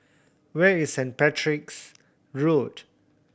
where is Saint Patrick's Road